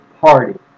party